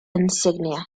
insignia